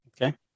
Okay